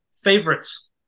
favorites